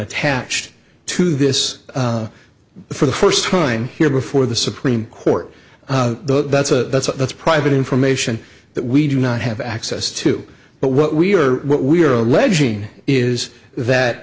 attached to this for the first time here before the supreme court the that's a that's a that's private information that we do not have access to but what we are what we are alleging is that